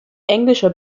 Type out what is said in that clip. englischer